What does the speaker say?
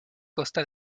costa